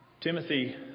Timothy